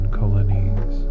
colonies